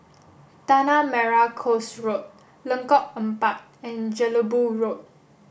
Tanah Merah Coast Road Lengkok Empat and Jelebu Road